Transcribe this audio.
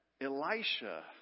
Elisha